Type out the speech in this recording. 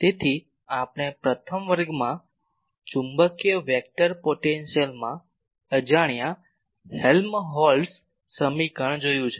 તેથી આપણે પ્રથમ વર્ગમાં ચુંબકીય વેક્ટર પોટેન્શિયલમાં અજાણ્યા હેલમહોલ્ટ્ઝ સમીકરણ જોયું છે